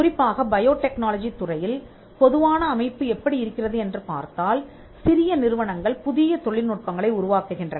குறிப்பாக பயோடெக்னாலஜி துறையில் பொதுவான அமைப்பு எப்படி இருக்கிறது என்று பார்த்தால்சிறிய நிறுவனங்கள் புதிய தொழில்நுட்பங்களை உருவாக்குகின்றன